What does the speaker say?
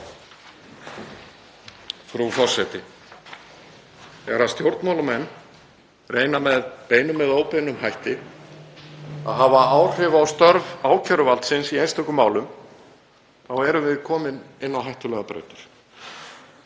Frú forseti. Þegar stjórnmálamenn reyna með beinum eða óbeinum hætti að hafa áhrif á störf ákæruvaldsins í einstökum málum þá erum við komin inn á hættulegar brautir.